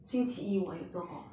星期一我有做工